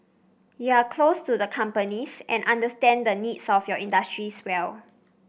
you are close to the companies and understand the needs of your industries well